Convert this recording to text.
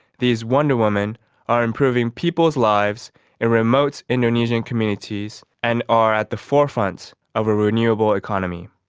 these wonder women are improving people's lives in remote indonesian communities and are at the forefront of a renewable economy.